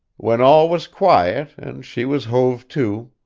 when all was quiet, and she was hove to,